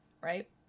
right